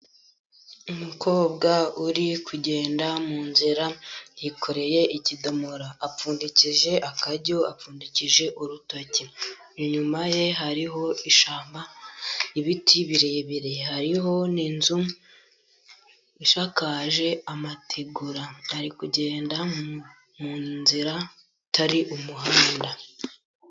Umukobwa uri kugenda mu nzira yikoreye ikidomoro apfundikije akaryo, apfundikije urutoki. Inyuma ye hariho ishyamba, ibiti birebire, hariho n'inzu isakaje amategura, ari kugenda mu nzira itari umuhanda.